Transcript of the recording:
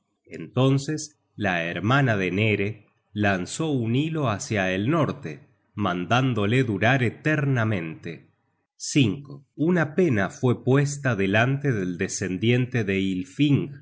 entonces la hermana de nere lanzó un hilo hácia el norte mandándole durar eternamente una pena fue puesta delante del descendiente de ylfing